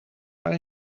maar